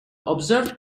observed